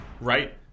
Right